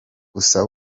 gusa